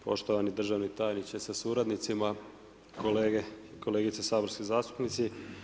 Poštovani državni tajnice sa suradnicima, kolegice i kolege saborski zastupnici.